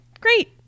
great